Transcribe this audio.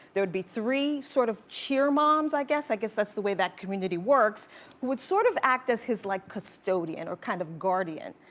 there would be three sort of cheer moms, i guess, i guess that's the way that community works, who would sort of act as his like custodian or kind of guardian.